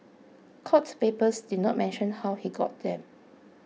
court papers did not mention how he got them